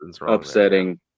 upsetting